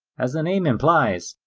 as the name implies,